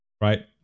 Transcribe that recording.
right